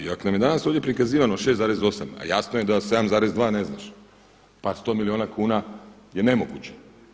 I ako nam je danas ovdje prikazivano 6,8, a jasno je da 7,2 ne znaš, par sto milijuna kuna je nemoguće.